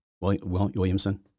Williamson